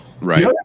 right